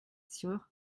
sur